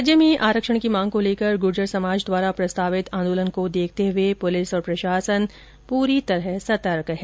राज्य में आरक्षण की मांग को लेकर गुर्जर समाज द्वारा प्रस्तावित आंदोलन को देखते हुए पुलिस और प्रशासन पूरी तरह सतर्क है